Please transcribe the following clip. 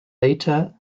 later